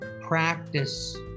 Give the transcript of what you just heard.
practice